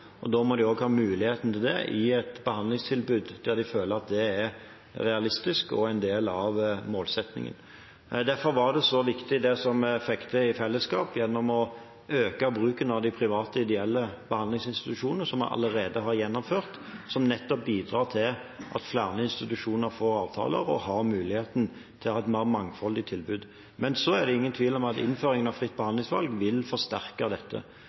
og da må de også ha muligheten til det i et behandlingstilbud der de føler at det er realistisk og en del av målsettingen. Derfor var det viktig det som vi fikk til i fellesskap gjennom å øke bruken av de private ideelle behandlingsinstitusjonene, som vi allerede har gjennomført, som nettopp bidrar til at flere institusjoner får avtaler og har muligheten til å ha et mer mangfoldig tilbud. Men så er det ingen tvil om at innføringen av fritt behandlingsvalg vil forsterke dette,